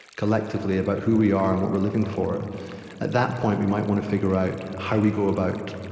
collectively, about who we are and what we're living for at that point, we might want to figure out how we go about